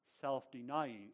self-denying